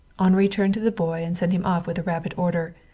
henri turned to the boy and sent him off with a rapid order.